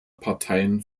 parteien